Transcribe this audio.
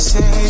Say